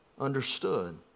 understood